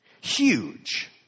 Huge